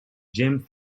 jim